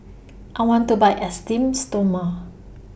I want to Buy Esteem Stoma